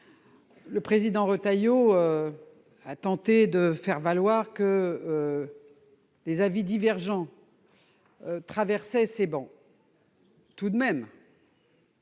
Le président Retailleau a tenté de faire valoir que des avis divergents traversaient nos travées. Tout de même